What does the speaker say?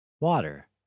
Water